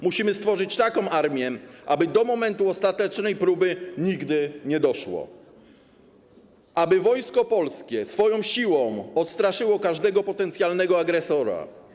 Musimy stworzyć taką armię, aby do momentu ostatecznej próby nigdy nie doszło, aby Wojsko Polskie swoją siłą odstraszyło każdego potencjalnego agresora.